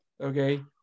okay